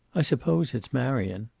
i suppose it's marion.